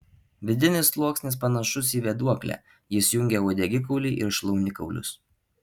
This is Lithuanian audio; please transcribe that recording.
vidinis sluoksnis panašus į vėduoklę jis jungia uodegikaulį ir šlaunikaulius